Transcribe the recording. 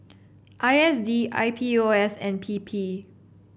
I S D I P O S and P P